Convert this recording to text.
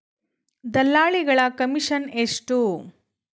ದಲ್ಲಾಳಿಗಳ ಕಮಿಷನ್ ಎಷ್ಟು?